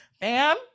Bam